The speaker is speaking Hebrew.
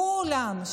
כולם,